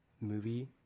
movie